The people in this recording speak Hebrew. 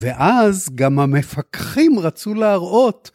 ואז גם המפקחים רצו להראות.